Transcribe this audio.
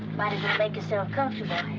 might as well make yourself comfortable.